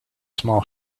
small